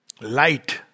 Light